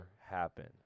happen